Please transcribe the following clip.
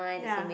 ya